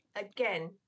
again